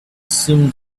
seemed